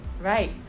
right